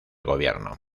gobierno